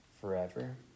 forever